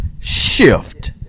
shift